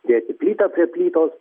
dėti plytą prie plytos